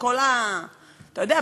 אתה יודע,